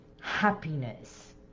happiness